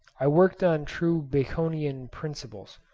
i worked on true baconian principles,